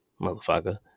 motherfucker